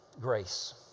grace